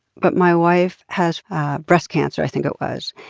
but my wife has breast cancer i think it was.